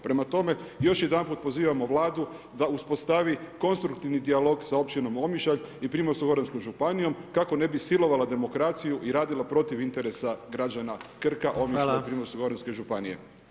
Prema tome, još jedanput pozivamo Vladu da uspostavi konstruktivni dijalog sa općinom Omišalj i Primorsko-goranskom županijom kako ne bi silovala demokraciju i radila protiv interesa građana Krka, Omišlja i Primorsko-goranske županije.